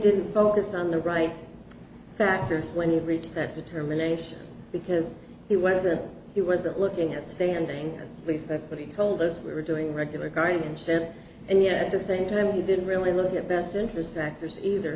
didn't focus on the right factors when he reached that determination because he wasn't he wasn't looking at standing because that's what he told us we were doing regular guardianship and yet at the same time we didn't really look at best interest factors either